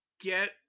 Get